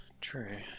True